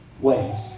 ways